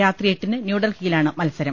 രാത്രി എട്ടിന് ന്യൂഡൽഹി യിലാണ് മത്സരം